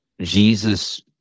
Jesus—